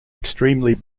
extremely